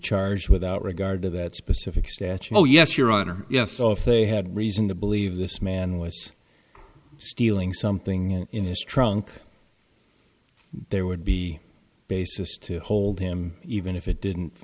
charged without regard to that specific statute oh yes your honor yes off they have reason to believe this man was stealing something in his trunk there would be a basis to hold him even if it didn't